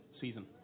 season